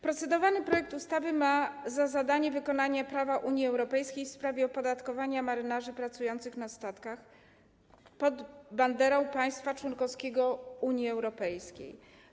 Procedowany projekt ustawy ma za zadanie wykonanie prawa Unii Europejskiej w sprawie opodatkowania marynarzy pracujących na statkach pod banderą państwa członkowskiego Unii Europejskiej.